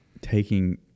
taking